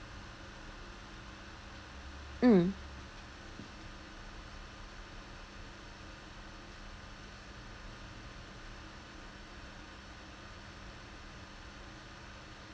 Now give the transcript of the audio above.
mm